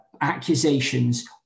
accusations